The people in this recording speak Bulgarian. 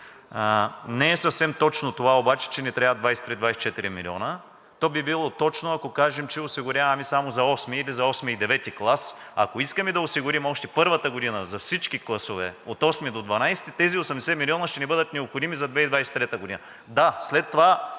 Не е съвсем точно това обаче, че ни трябват 23 – 24 милиона, това би било точно, ако кажем, че осигуряваме само за VIII или за VIII и IX клас. Ако искаме да осигурим още първата година за всички класове от VIII до XII, тези 80 милиона ще ни бъдат необходими за 2023 г. Да, след това